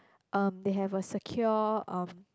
um they have a secure um